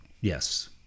yes